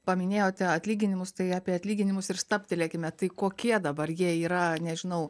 paminėjote atlyginimus tai apie atlyginimus ir stabtelėkime tai kokie dabar jie yra nežinau